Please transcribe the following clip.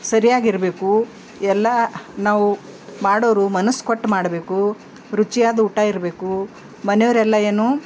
ಸರಿಯಾಗಿರಬೇಕು ಎಲ್ಲ ನಾವು ಮಾಡೋರು ಮನಸು ಕೊಟ್ಟು ಮಾಡಬೇಕು ರುಚಿಯಾದ ಊಟ ಇರಬೇಕು ಮನೆಯವರೆಲ್ಲ ಏನು